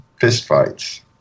fistfights